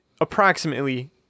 approximately